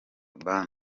band